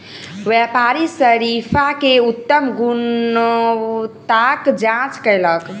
व्यापारी शरीफा के उत्तम गुणवत्ताक जांच कयलक